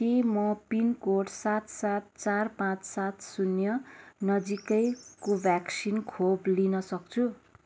के म पिनकोड सात सात चार पाचँ सात शून्य नजिकै कोभ्याक्सिन खोप लिन सक्छु